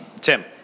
Tim